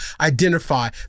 identify